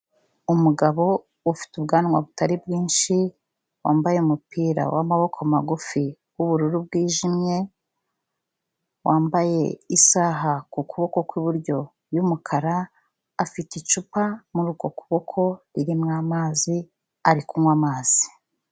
Umugabo ufite ubwanwa butari bwinshi wambaye umupira w'amaboko magufi w'ubururu bwijimye, wambaye isaha ku kuboko kw'iburyo y'umukara, afite icupa muri uko kuboko ririmo amazi, ari kunywa amazi.